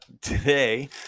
Today